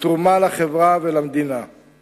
ותרומה לחברה ולמדינה;